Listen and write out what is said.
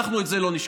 את זה אנחנו לא נשכח.